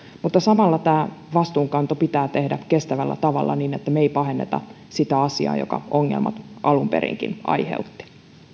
mutta samalla tämä vastuunkanto pitää tehdä kestävällä tavalla niin että me emme pahenna sitä asiaa joka ongelmat alun perinkin aiheutti